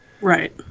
Right